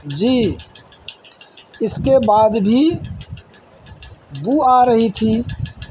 جی اس کے بعد بھی بو آ رہی تھی